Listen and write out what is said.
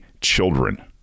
children